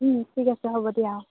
ও ঠিক আছে হ'ব দিয়া অ